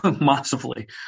massively